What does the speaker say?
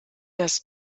das